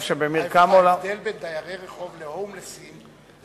ההבדל בין דיירי רחוב להומלסים הוא,